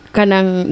kanang